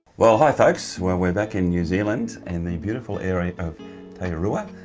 well hi folks. well we're back in new zealand in the beautiful area of tairua,